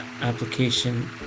application